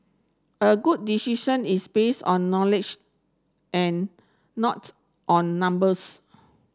a good decision is based on knowledge and not on numbers